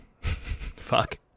Fuck